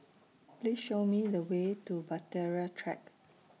Please Show Me The Way to Bahtera Track